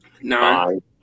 Nine